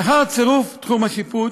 לאחר צירוף תחום השיפוט